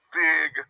big